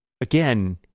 Again